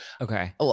Okay